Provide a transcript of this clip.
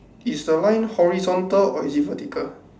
is the line horizontal or is it vertical